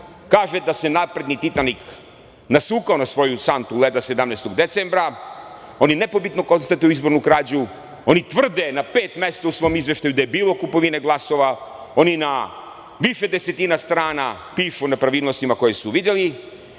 kaže da se napredni „titanik“ nasukao na svoju santu leda 17. decembra. Oni nepobitno konstatuju izbornu krađu, oni tvrde na pet mesta u svom izveštaju da je bilo kupovine glasova, oni na više desetina strana pišu o nepravilnostima koje su videli,